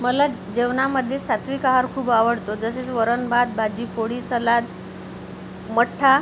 मला जेवणामध्ये सात्विक आहार खूप आवडतो जसेच वरण भात भाजी पोळी सलाद मठ्ठा